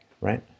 right